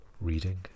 reading